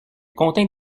contint